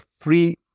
free